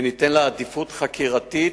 וניתן לה עדיפות חקירתית,